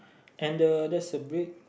and the there's a big